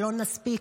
לא נסכים,